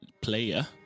player